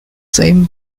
same